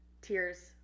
tears